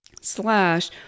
slash